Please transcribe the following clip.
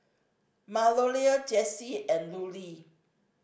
Malorie Jessi and Lulie